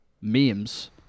memes